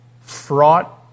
fraught